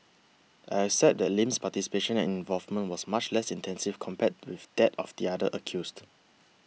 I accept that Lim's participation and involvement was much less extensive compared with that of the other accused